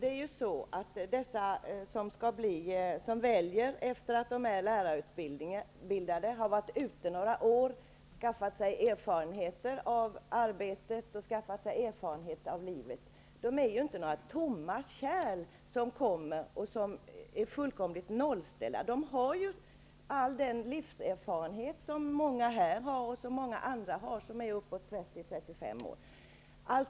Fru talman! De som efter att ha varit lärare några år och skaffat sig erfarenheter av arbetet och livet och väljer att bli lärare för vuxna är ju inte några tomma kärl, dvs. fullständigt nollställda. De har ju all den livserfarenhet som många här har och som även många andra har som är i 30--35-årsåldern.